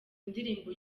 ndirimbo